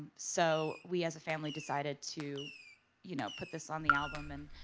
so we as a family decided to you know put this on the album and